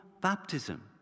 baptism